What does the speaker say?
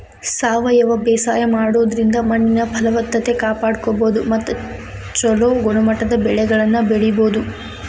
ಸಾವಯವ ಬೇಸಾಯ ಮಾಡೋದ್ರಿಂದ ಮಣ್ಣಿನ ಫಲವತ್ತತೆ ಕಾಪಾಡ್ಕೋಬೋದು ಮತ್ತ ಚೊಲೋ ಗುಣಮಟ್ಟದ ಬೆಳೆಗಳನ್ನ ಬೆಳಿಬೊದು